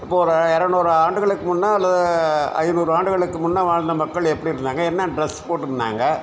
இப்போ ஒரு இருநூறு ஆண்டுகளுக்கு முன்னே அல்லது ஐநூறு ஆண்டுகளுக்கு முன்னே வாழ்ந்த மக்கள் எப்படிருந்தாங்க என்ன டிரஸ் போட்டிருந்தாங்க